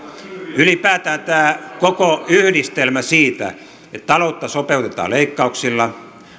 ylipäätään tämä koko yhdistelmä siitä että taloutta sopeutetaan leikkauksilla